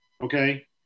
okay